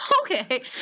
okay